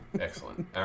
Excellent